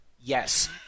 Yes